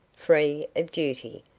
free of duty,